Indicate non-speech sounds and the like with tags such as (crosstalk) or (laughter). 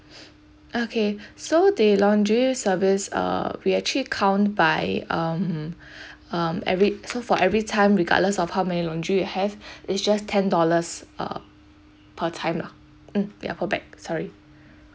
(noise) okay so the laundry service uh we actually count by um um every so for everytime regardless of how many laundry you have it's just ten dollars uh per time lah mm ya per bag sorry